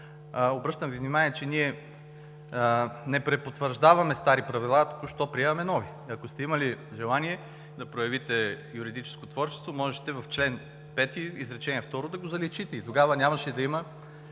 Обръщам Ви внимание, че ние не препотвърждаваме стари правила, а приемаме нови. Ако сте имали желание да проявите юридическо творчество, можеше в чл. 5, изречение второ, да го заличите. (Реплики